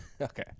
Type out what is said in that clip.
Okay